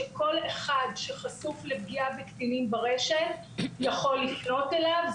שכל אחד שחשוף לפגיעה בקטינים ברשת יכול לפנות אליו.